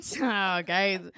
Okay